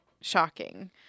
shocking